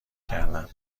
کردن